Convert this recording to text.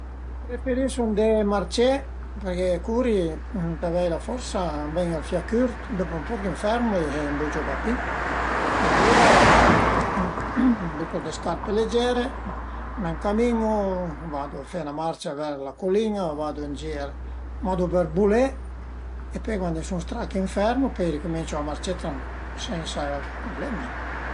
Preferisu andé marcé perché curi ëntà avei la forsa, a m'ven ël fià cürt, dopu ën poch m'fermu e bugiu pa pi e alura bütu d'scarpe legere, m'ëncamin-u, vadu fe 'na marcia ver la culin-a, vadu ën gir, vadu për bulé e pöi cuandi sun strach m'fermu e pöi ricuminciu a marcé sensa prublemi